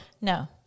No